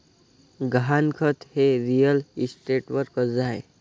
गहाणखत हे रिअल इस्टेटवर कर्ज आहे